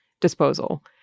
disposal